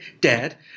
dad